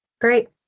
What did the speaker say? Great